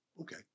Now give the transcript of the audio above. okay